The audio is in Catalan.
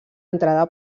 entrada